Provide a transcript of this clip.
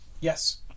Yes